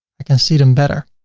i can see them better.